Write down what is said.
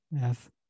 yes